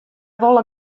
wolle